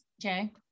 Jay